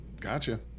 Gotcha